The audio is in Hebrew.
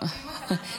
אוהבים אותך.